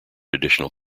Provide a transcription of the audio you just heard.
additional